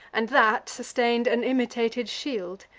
and that sustain'd an imitated shield.